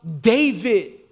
David